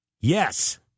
Yes